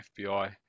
FBI